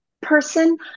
person